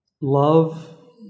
Love